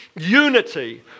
unity